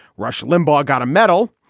rush limbaugh got a medal.